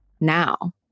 now